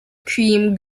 cream